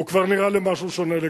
הוא כבר נראה משהו שונה לגמרי.